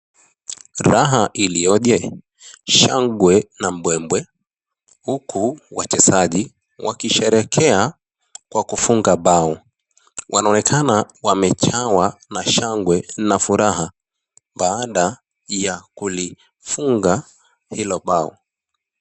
Raha iliyoje! Shangwe na mbwembwe, huku wachezaji wakisherehekea kwa kufunga bao. Wanaonekana wamejawa na shangwe na furaha baada ya kulifunga hilo bao.